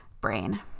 brain